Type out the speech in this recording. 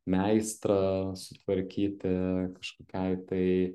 meistrą sutvarkyti kažkokiai tai